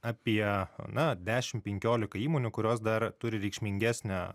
apie na dešim penkiolika įmonių kurios dar turi reikšmingesnę